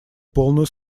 полную